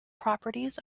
properties